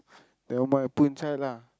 nevermind put inside lah